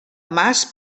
mas